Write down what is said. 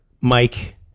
Mike